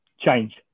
change